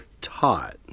taught